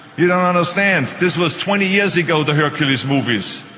you don't understand. this was twenty years ago, the hercules movies.